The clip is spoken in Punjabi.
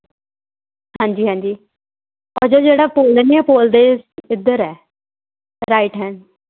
ਹਾਂਜੀ ਹਾਂਜੀ ਉਹਦੇ ਜਿਹੜਾ ਪੁੱਲ ਨਹੀਂ ਹੈ ਪੁੱਲ ਦੇ ਇੱਧਰ ਹੈ ਰਾਈਟ ਹੈਂਡ